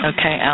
Okay